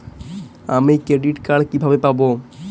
আমি credit card কিভাবে পাবো?